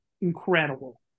incredible